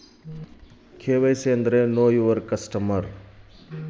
KYC ಅಂದ್ರೇನು sir?